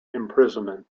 imprisonment